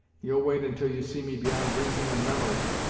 you'll wait until you see me beyond reason and memory.